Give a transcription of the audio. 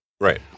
Right